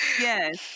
Yes